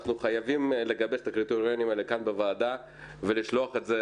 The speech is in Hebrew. אנחנו חייבים לגבש את הקריטריונים האלה כאן בוועדה ולשלוח את זה